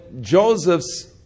Joseph's